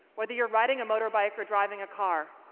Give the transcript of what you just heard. whether you're riding a motorbike or driving a car.